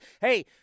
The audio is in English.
Hey